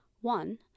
One